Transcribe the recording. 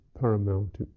paramount